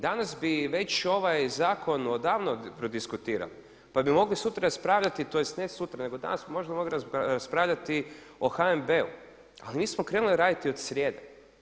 Danas bi već ovaj zakon odavno prodiskutirali, pa bi mogli sutra raspravljati tj. ne sutra nego danas bi možda mogli raspravljati o HNB-u. ali mi smo krenuli raditi od srijede.